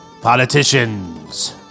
politicians